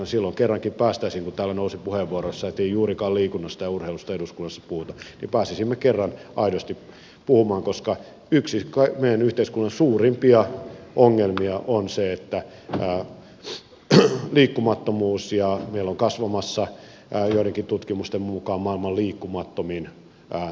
silloin kerrankin pääsisimme kun täällä nousi puheenvuoroissa että ei juurikaan liikunnasta ja urheilusta eduskunnassa puhuta aidosti puhumaan koska yksi meidän yhteiskunnan suurimpia ongelmia on liikkumattomuus ja meillä on kasvamassa joidenkin tutkimusten mukaan maailman liikkumattomin nuoriso